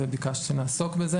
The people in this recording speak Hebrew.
וביקשת שנעסוק בזה